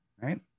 Right